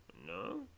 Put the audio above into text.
No